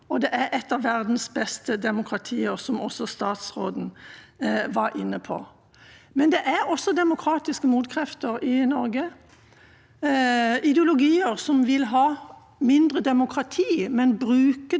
ideologier som vil ha mindre demokrati, men bruke demokratiets friheter for å oppnå mindre demokrati. Vi må være litt på alerten, men vi kan